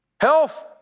Health